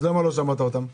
אז למה לא שמעת אותם?